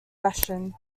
fashion